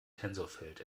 tensorfeld